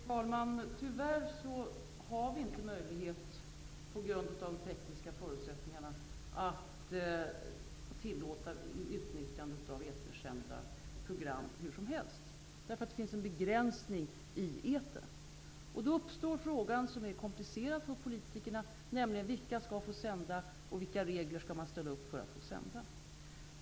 Fru talman! Tyvärr har vi på grund av tekniska förutsättningar inte möjlighet att tillåta utnyttjandet av etersända program hur som helst. Det finns en begränsning i etern. Då uppstår den för politikerna mycket komplicerade frågan: Vilka skall få sända, och vilka regler skall ställas upp för att få sända?